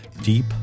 deep